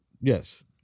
Yes